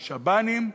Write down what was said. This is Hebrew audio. שב"נים,